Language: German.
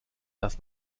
dass